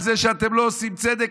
על זה שאתם לא עושים צדק,